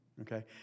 Okay